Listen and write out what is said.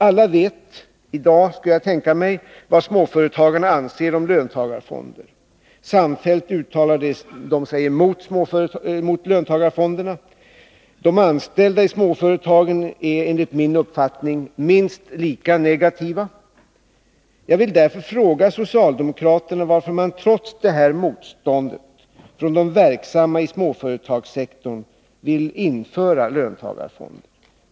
Jag skulle kunna tänka mig att alla i dag vet vad småföretagarna anser om löntagarfonder. Samfällt uttalar de sig emot löntagarfonder. De anställda i småföretagen är enligt min uppfattning minst lika negativa. Jag vill därför fråga socialdemokraterna varför man trots detta motstånd från de verksamma i småföretagssektorn vill införa löntagarfonder.